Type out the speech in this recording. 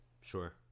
Sure